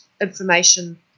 information